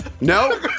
No